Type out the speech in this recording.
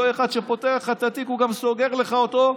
אותו אחד שפותח לך את התיק, הוא גם סוגר לך אותו,